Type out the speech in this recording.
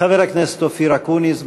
חבר הכנסת אופיר אקוניס.